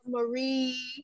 Marie